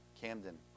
Camden